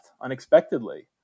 unexpectedly